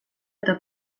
eta